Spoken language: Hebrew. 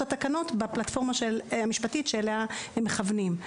התקנות בפלטפורמה המשפטית שאליה הם מכוונים.